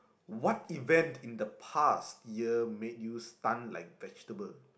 what event in the past year made you stun like vegetable